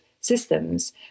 systems